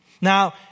Now